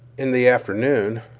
in the afternoon,